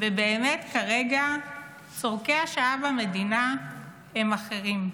ובאמת כרגע צורכי השעה במדינה הם אחרים.